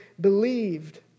Believed